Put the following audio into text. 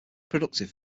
productive